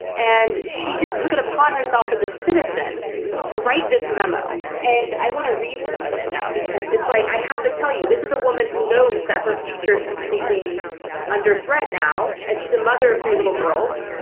and she just took it upon herself as a citizen to write this memo and i want to read some of it now because it's like i have to tell you, this is a woman who knows that her future's completely under threat now and she's a mother of three little girls.